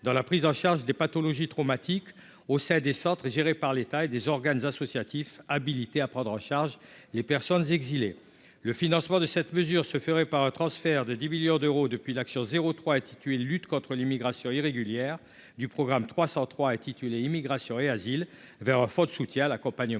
dans la prise en charge des pathologies traumatiques au sein des centres et géré par l'État et des organes associatif habilité à prendre en charge les personnes exilées le financement de cette mesure se ferait par transfert de 10 millions d'euros depuis l'action 03 attitude lutte contre l'immigration irrégulière du programme 303 intitulé Immigration et asile vers faute de soutien à l'accompagnement